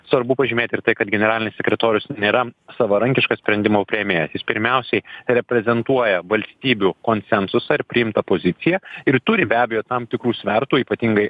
svarbu pažymėti ir tai kad generalinis sekretorius nėra savarankiškas sprendimų priėmėjas jis pirmiausiai reprezentuoja valstybių konsensusą ar priimtą poziciją ir turi be abejo tam tikrų svertų ypatingai